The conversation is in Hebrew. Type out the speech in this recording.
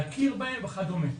להכיר בהם' וכדומה.